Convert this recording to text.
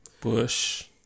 Bush